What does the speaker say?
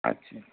ଆଚ୍ଛା